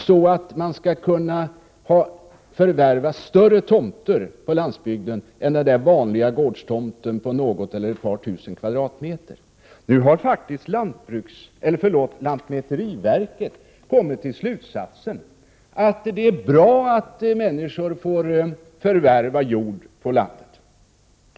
Jag vill att man skall kunna förvärva större tomter på landsbygden än den vanliga gårdstomten på något eller ett par tusen kvadratmeter. Nu har faktiskt lantmäteriverket kommit till slutsaten att det är bra att människor får förvärva jord på landet.